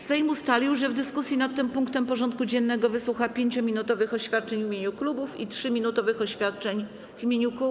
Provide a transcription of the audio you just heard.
Sejm ustalił, że w dyskusji nad tym punktem porządku dziennego wysłucha 5-minutowych oświadczeń w imieniu klubów i 3-minutowych oświadczeń w imieniu kół.